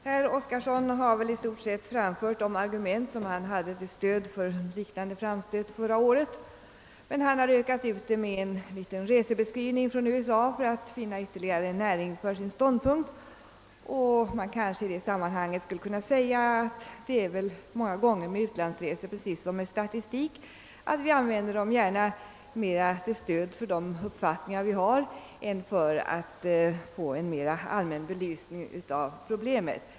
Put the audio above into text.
Herr Oskarson har i stort sett anfört de argument som han framförde till stöd för en liknande framstöt förra året, men han har ökat ut dem med en liten resebeskrivning från USA för att ge ytterligare näring åt sin ståndpunkt. Det är väl många gånger med utlandsresor som med statistiska uppgifter: vi använder dem gärna mera till stöd för de uppfattningar vi har än för att få en mer allmän belysning av problemet.